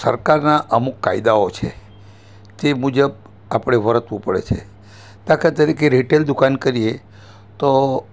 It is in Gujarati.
સરકારના અમુક કાયદાઓ છે તે મુજબ આપણે વર્તવું પડે છે દાખલા તરીકે રિટેલ દુકાન કરીએ તો